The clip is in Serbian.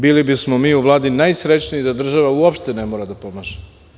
Bili bismo mi u Vladi najsrećniji da država uopšte ne mora da pomaže.